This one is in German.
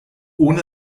ohne